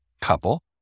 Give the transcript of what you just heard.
couple